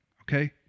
okay